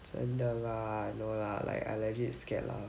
真的 lah no lah like I legit scared lah